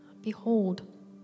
Behold